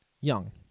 Young